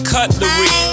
Cutlery